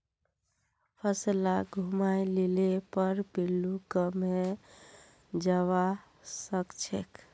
फसल लाक घूमाय लिले पर पिल्लू कम हैं जबा सखछेक